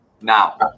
now